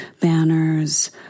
banners